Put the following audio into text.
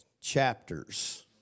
chapters